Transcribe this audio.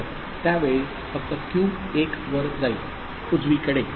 तर त्या वेळी फक्त Q 1 वर जाईल उजवीकडे